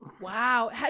Wow